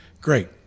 Great